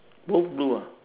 both blue ah